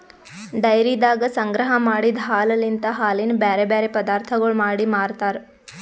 ಡೈರಿದಾಗ ಸಂಗ್ರಹ ಮಾಡಿದ್ ಹಾಲಲಿಂತ್ ಹಾಲಿನ ಬ್ಯಾರೆ ಬ್ಯಾರೆ ಪದಾರ್ಥಗೊಳ್ ಮಾಡಿ ಮಾರ್ತಾರ್